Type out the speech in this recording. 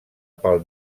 pel